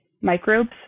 microbes